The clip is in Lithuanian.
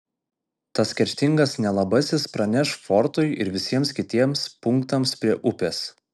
tas kerštingas nelabasis praneš fortui ir visiems kitiems punktams prie upės